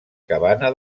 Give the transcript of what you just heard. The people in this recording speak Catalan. cabana